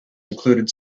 included